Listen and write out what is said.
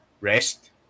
rest